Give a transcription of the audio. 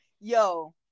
Yo